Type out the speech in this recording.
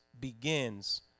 begins